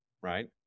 right